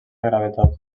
gravetat